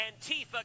Antifa